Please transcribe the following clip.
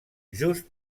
just